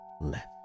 left